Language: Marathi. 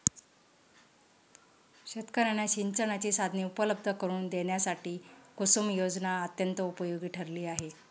शेतकर्यांना सिंचनाची साधने उपलब्ध करून देण्यासाठी कुसुम योजना अत्यंत उपयोगी ठरली आहे